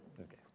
Okay